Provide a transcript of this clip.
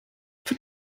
von